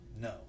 No